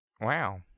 wow